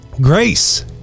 Grace